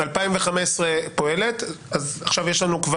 8 שנים היא פועלת כבר.